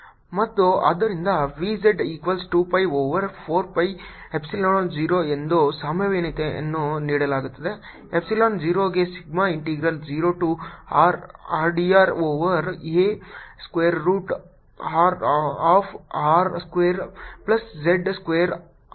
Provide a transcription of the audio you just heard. dQ2πrdr dVz0R14π02πrdrσr2z2 ಮತ್ತು ಆದ್ದರಿಂದ V z equals 2 pi over 4 pi epsilon 0 ಎಂದು ಸಂಭಾವ್ಯತೆಯನ್ನು ನೀಡಲಾಗುತ್ತದೆ ಎಪ್ಸಿಲಾನ್ 0 ಗೆ sigma integral 0 to R r d r over a square root of r square plus z square